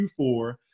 Q4